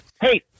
Hey